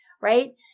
right